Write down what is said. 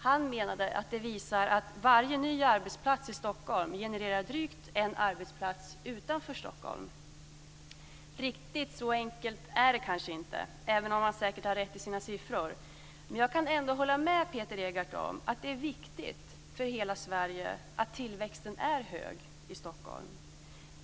Han menade att detta visar att varje ny arbetsplats i Stockholm genererar drygt en arbetsplats utanför Stockholm. Riktigt så enkelt är det kanske inte, även om han säkert har rätt i sina siffror. Jag kan ändå hålla med Peter Egardt om att det är viktigt för hela Sverige att tillväxten är hög i Stockholm.